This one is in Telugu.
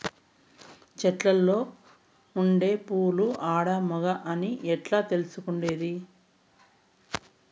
చెట్టులో ఉండే పూలు ఆడ, మగ అని ఎట్లా తెలుసుకునేది?